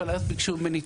אבל אז ביקשו ממני,